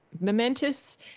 momentous